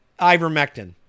ivermectin